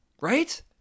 right